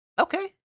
Okay